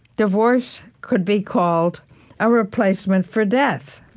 divorce could be called a replacement for death.